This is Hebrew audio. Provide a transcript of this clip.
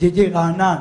ידידי רענן